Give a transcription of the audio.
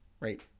Right